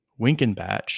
Winkenbach